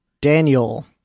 Daniel